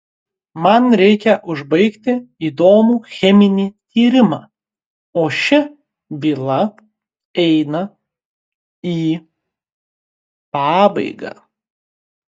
man reikia užbaigti įdomų cheminį tyrimą o ši byla eina į pabaigą